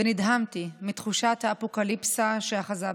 ונדהמתי מתחושת האפוקליפסה שאחזה בי.